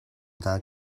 hna